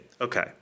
Okay